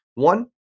One